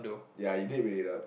ya you did made it up